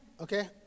Okay